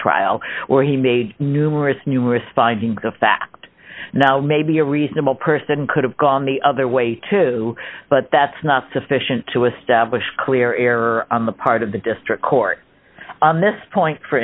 trial where he made numerous numerous findings of fact now maybe a reasonable person could have gone the other way too but that's not sufficient to establish clear error on the part of the district court on this point for